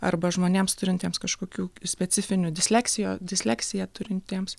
arba žmonėms turintiems kažkokių specifinių disleksija disleksiją turintiems